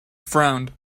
frowned